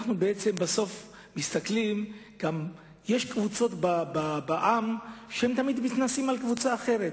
יש קבוצות בעם המתנשאות על קבוצות אחרות.